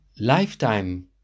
lifetime